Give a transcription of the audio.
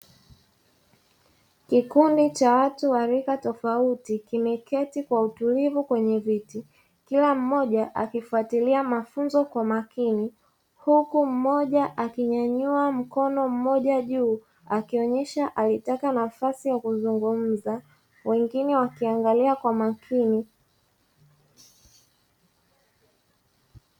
Kikundi cha watu wa rika tofauti kimeketi kwa utulivu kwenye viti kila mmoja akifuatilia mafunzo kwa makini huku mmoja akinyanyua mkono mmoja juu, akionyesha alitaka nafasi ya kuzungumza wengine wakiangalia kwa makini.